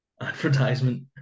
advertisement